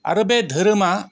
आरो बे धोरोमा